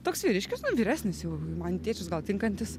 toks vyriškis nu vyresnis jau man į tėčius gal tinkantis